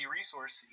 Resource